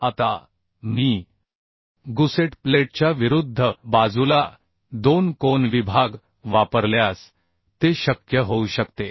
आता मी गुसेट प्लेटच्या विरुद्ध बाजूला दोन कोन विभाग वापरल्यास ते शक्य होऊ शकते